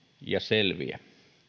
ja selviä